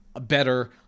better